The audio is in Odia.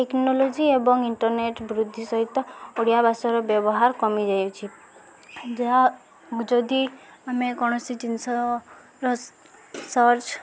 ଟେକ୍ନୋଲୋଜି ଏବଂ ଇଣ୍ଟରନେଟ ବୃଦ୍ଧି ସହିତ ଓଡ଼ିଆ ଭାଷାର ବ୍ୟବହାର କମିଯାଇଛି ଯାହା ଯଦି ଆମେ କୌଣସି ଜିନିଷର ସର୍ଚ୍ଚ